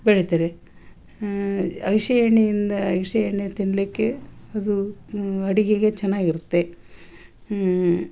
ಬೆಳಿತಾರೆ ಅಗ್ಸೆ ಎಣ್ಣೆಯಿಂದ ಅಗ್ಸೆ ಎಣ್ಣೆ ತಿನ್ನಲಿಕ್ಕೆ ಅದು ಅಡುಗೆಗೆ ಚೆನ್ನಾಗಿರುತ್ತೆ ಹೂ